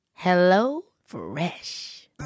HelloFresh